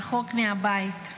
רחוק מהבית.